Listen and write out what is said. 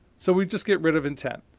so we just get rid of intent.